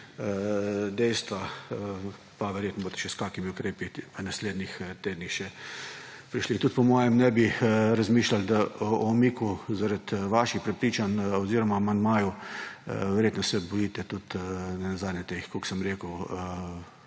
dejstva pa verjetno boste še z kakšnimi ukrepi v naslednjih dneh še prišli. Tudi po mojem ne bi razmišljali o umiku, zaradi vaših prepričanj oziroma amandmajev verjetno se bojite nenazadnje teh kot sem rekel,